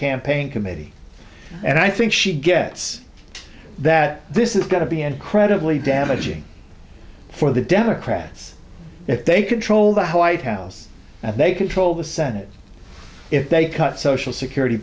campaign committee and i think she gets that this is going to be incredibly damaging for the democrats if they control the white house and they control the senate if they cut social security